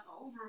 over